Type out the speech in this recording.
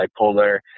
bipolar